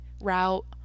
route